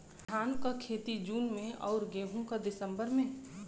धान क खेती जून में अउर गेहूँ क दिसंबर में?